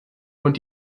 und